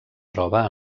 troba